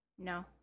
no